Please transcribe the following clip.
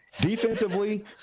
Defensively